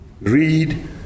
Read